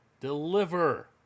deliver